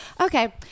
Okay